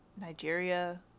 Nigeria